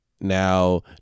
Now